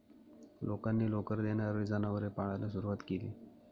लोकांनी लोकर देणारी जनावरे पाळायला सुरवात केली